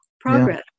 progress